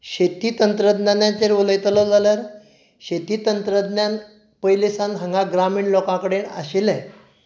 शेती तंत्रज्ञानाचेर उलयतलो जाल्यार शेती तंत्रज्ञान पयलीं सान हांगा ग्रामीण लोकां कडेन आशिल्लें